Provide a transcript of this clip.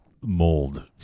mold